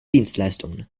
dienstleistungen